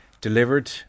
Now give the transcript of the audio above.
delivered